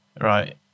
right